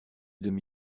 demi